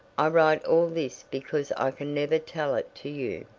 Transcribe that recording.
i write all this because i can never tell it to you,